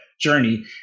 journey